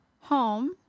home